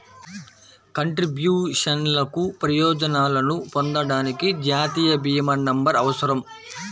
కంట్రిబ్యూషన్లకు ప్రయోజనాలను పొందడానికి, జాతీయ భీమా నంబర్అవసరం